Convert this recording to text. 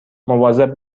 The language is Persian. مواظب